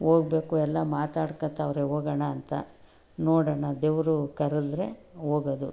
ಹೋಗ್ಬೇಕು ಎಲ್ಲ ಮಾತಾಡ್ಕೊಳ್ತವ್ರೆ ಹೋಗೋಣ ಅಂತ ನೋಡೋಣ ದೇವರು ಕರೆದರೆ ಹೋಗೋದು